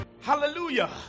Hallelujah